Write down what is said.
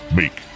make